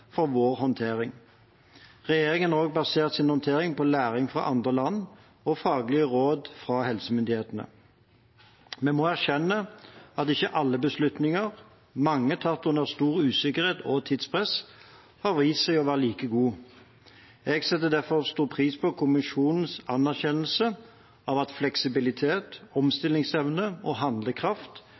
for vår håndtering. Regjeringen har også basert sin håndtering på læring fra andre land og faglige råd fra helsemyndighetene. Vi må erkjenne at ikke alle beslutninger, mange tatt under stor usikkerhet og tidspress, har vist seg å være like gode. Jeg setter derfor stor pris på kommisjonens anerkjennelse av at fleksibilitet, omstillingsevne og handlekraft